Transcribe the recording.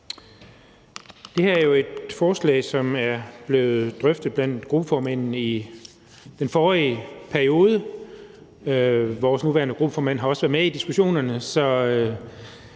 Det her er jo et forslag, som er blevet drøftet blandt gruppeformændene i den forrige periode. Vores nuværende gruppeformand har også været med i diskussionerne,